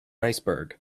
iceberg